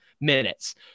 minutes